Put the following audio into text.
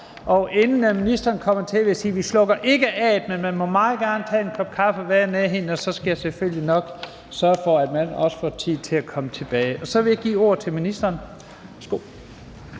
Inden ministeren kommer til, vil jeg sige, at vi ikke slukker for A'et, men man må meget gerne tage en kop kaffe, være i nærheden, og så skal jeg selvfølgelig nok sørge for, at man også får tid til at komme tilbage til afstemningen. Så vil jeg give ordet til ministeren.